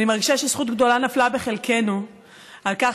אני מרגישה שזכות גדולה נפלה בחלקנו על כך